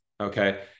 okay